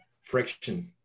friction